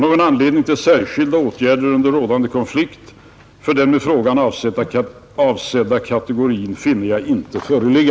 Någon anledning till särskilda åtgärder under rådande konflikt för den med frågan avsedda kategorin finner jag inte föreligga.